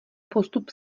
postup